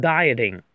Dieting